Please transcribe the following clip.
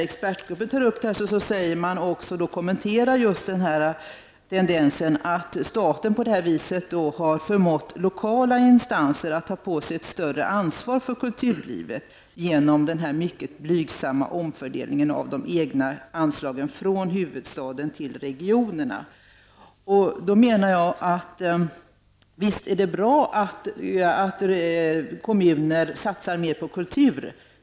Expertgruppen kommenterar i sin utvärdering den tendens som innebär att staten, genom den mycket blygsamma omfördelningen av de egna anslagen från huvudstaden till regionerna, har förmått lokala instanser att ta på sig ett större ansvar för kulturlivet. Visst är det bra att kommuner satsar mer på kultur.